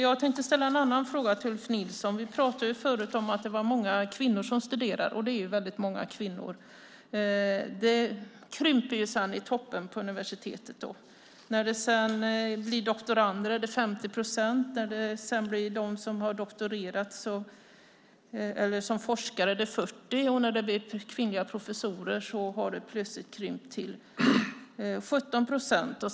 Jag tänkte ställa ytterligare en fråga till Ulf Nilsson. Vi pratade tidigare om att många kvinnor studerar. Så är det. Sedan krymper antalet i toppen på universiteten. När studenterna blir doktorander är andelen kvinnor 50 procent, andelen forskare är 40 procent, och när vi kommer till kvinnliga professorer har andelen krympt till 17 procent.